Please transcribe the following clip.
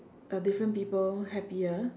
uh different people happier